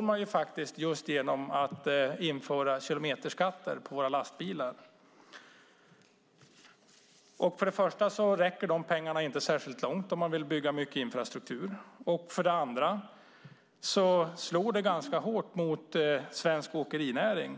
man genom att införa kilometerskatter på våra lastbilar. Men för det första räcker dessa pengar inte särskilt långt om man vill bygga mycket infrastruktur. För det andra slår det ganska hårt mot svensk åkerinäring.